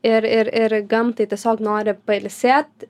ir ir ir gamtai tiesiog nori pailsėt